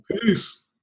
Peace